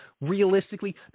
realistically